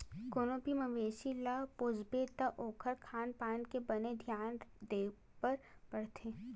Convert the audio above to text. कोनो भी मवेसी ल पोसबे त ओखर खान पान के बने धियान देबर परथे